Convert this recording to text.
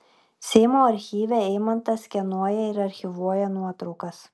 seimo archyve eimantas skenuoja ir archyvuoja nuotraukas